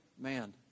man